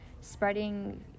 spreading